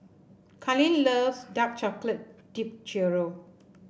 Karlene loves Dark Chocolate Dipped Churro